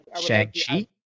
Shang-Chi